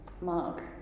Mark